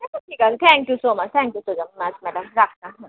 ঠিক আছে ঠিক আছে thank you so much thank you so much madam রাখলাম হ্যাঁ